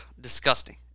disgusting